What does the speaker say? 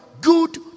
Good